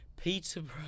Peterborough